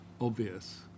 obvious